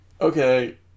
Okay